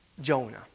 Jonah